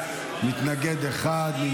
מתנגד אחד,